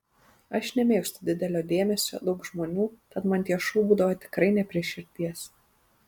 aš nemėgstu didelio dėmesio daug žmonių tad man tie šou būdavo tikrai ne prie širdies